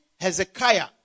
Hezekiah